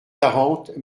quarante